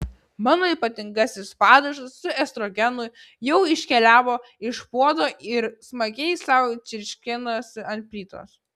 mano ypatingasis padažas su estrogenu jau iškeliavo iš puodo ir smagiai sau čirškinosi ant plytos